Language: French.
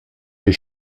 des